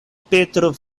petro